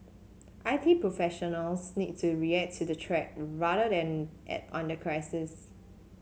I T professionals need to react to the threat rather than act on the crisis